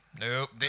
Nope